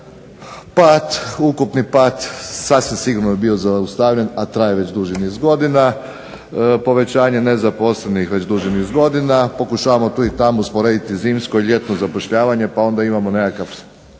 Ukupni pad sasvim sigurno je bio zaustavljen, a traje već duži niz godina. Povećanje nezaposlenih već duži niz godina. Pokušavamo tu i tamo usporediti zimsko i ljetno zapošljavanje pa onda imamo nekakav